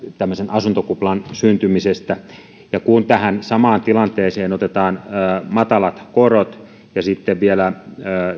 asuntokuplan syntymisestä ja kun tähän samaan tilanteeseen otetaan matalat korot ja vielä